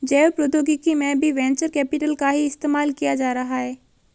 जैव प्रौद्योगिकी में भी वेंचर कैपिटल का ही इस्तेमाल किया जा रहा है